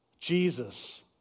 Jesus